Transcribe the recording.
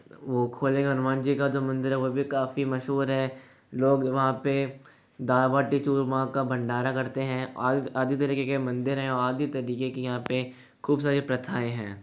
वो खोले के हनुमान जी का जो मंदिर है वो भी काफ़ी मशहूर है लोग वहाँ पे दाल बाटी चूरमा का भंडारा करते हैं आदि आदि तरीके के मंदिर हैं और आदि तरीके की यहाँ पे खूब सारी प्रथाएं हैं